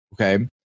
Okay